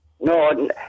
No